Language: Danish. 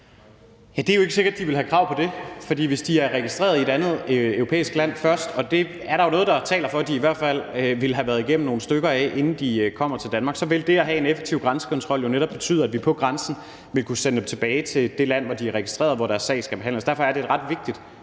Kjær (S): Det er jo ikke sikkert, at de ville have krav på det, for hvis de er registreret i et andet europæisk land først – og der er jo noget, der taler for, at de i hvert fald vil have været igennem nogle stykker, inden de kommer til Danmark – så vil det at have en effektiv grænsekontrol jo netop betyde, at vi på grænsen vil kunne sende dem tilbage til det land, hvor de er registreret, og hvor deres sag skal behandles. Derfor er det et ret vigtigt